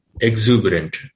exuberant